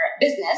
business